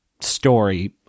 story